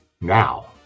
Now